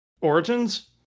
Origins